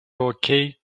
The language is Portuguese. hóquei